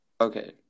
okay